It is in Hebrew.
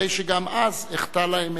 הרי שגם אז אחטא לאמת.